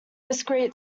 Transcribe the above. discrete